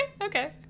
okay